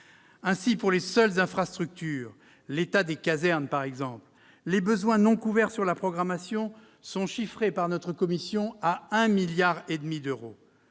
Ainsi, pour les seules infrastructures, l'état des casernes par exemple, les besoins non couverts sur la programmation sont chiffrés par notre commission à 1,5 milliard d'euros.